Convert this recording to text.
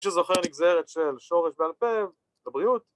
‫מי שזוכר נגזרת של שורש בעל פה, ‫לבריאות.